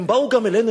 הם באו גם אלינו,